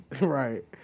Right